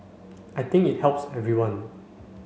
I think it helps everyone